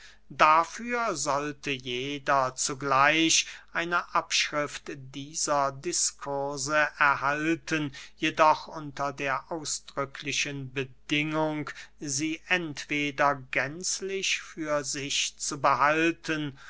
dafür sollte jeder zugleich eine abschrift dieser diskurse erhalten jedoch unter der ausdrücklichen bedingung sie entweder gänzlich für sich zu behalten